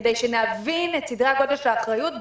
וכדי שנבין את סדרי הגודל של האחריות,